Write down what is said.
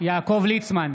יעקב ליצמן,